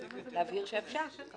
להבהיר שאפשר.